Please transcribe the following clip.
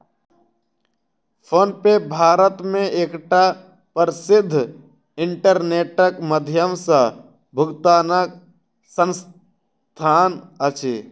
PhonePe Bharat मे एकटा प्रसिद्ध इंटरनेटक माध्यम सॅ भुगतानक संस्थान अछि